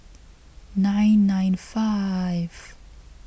nine nine five